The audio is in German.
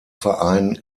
verein